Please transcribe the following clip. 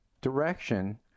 Direction